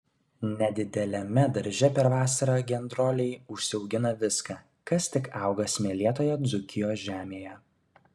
nedideliame darže per vasarą gendroliai užsiaugina viską kas tik auga smėlėtoje dzūkijos žemėje